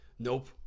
nope